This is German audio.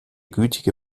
gütige